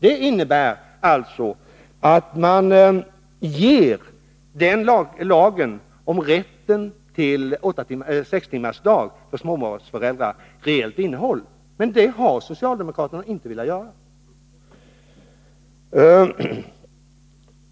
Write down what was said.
Detta innebär alltså att man ger lagen om rätt till sex timmars arbetsdag för småbarnsföräldrar ett reellt innehåll — men det har socialdemokraterna inte velat göra.